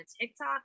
TikTok